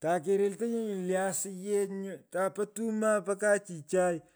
Takerette nyu le asiyech nyu tapo tumaa po kaa chichai.